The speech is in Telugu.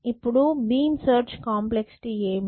ఇప్పుడు బీమ్ సెర్చ్ కాంప్లెక్సిటీ ఏమిటీ